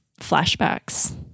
flashbacks